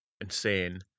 insane